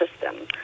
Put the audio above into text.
system